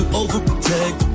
overprotect